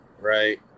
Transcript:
right